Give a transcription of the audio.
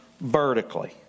vertically